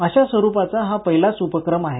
अशा स्वरूपाचा हा पहिलाच उपक्रम आहे